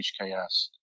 HKS